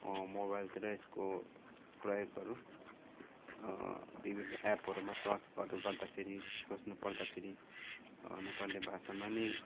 मोबाइलतिर यसको प्रयोगहरू विभिन्न एपहरूमा सर्चहरू गर्दाखेरि खोज्नुपर्दाखेरि नेपाली भाषामा नै